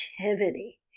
creativity